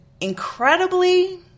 incredibly